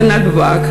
בנתב"ג,